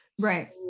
right